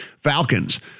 Falcons